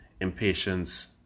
impatience